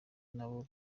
nabo